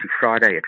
Friday